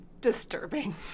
disturbing